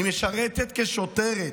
אני משרתת כשוטרת,